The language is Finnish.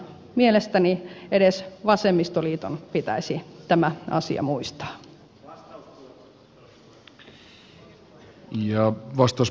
mielestäni edes vasemmistoliiton pitäisi tämä asia muistaa